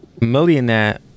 millionaire